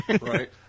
Right